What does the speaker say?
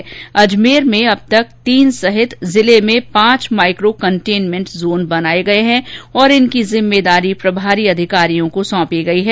अब तक अजमेर में तीन सहित जिले में पांच माइक्रो कंटेनमेंट जोन बनाए गए हैं और इनकी जिम्मेदारी प्रभारी अधिकारियों को सौंपी गई है